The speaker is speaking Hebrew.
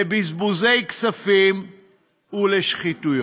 לבזבוזי כספים ולשחיתויות.